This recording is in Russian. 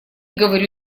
говорю